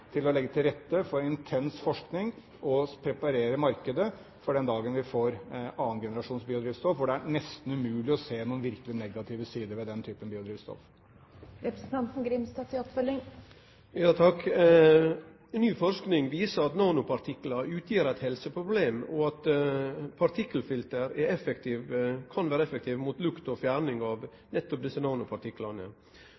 til å legge til rette for intens forskning og preparere markedet for den dagen vi får 2. generasjons biodrivstoff, for det er nesten umulig å se noen virkelig negative sider ved den typen biodrivstoff. Ny forsking viser at nanopartiklar utgjer eit helseproblem, og at partikkelfilter kan vere effektive mot lukt og fjerning av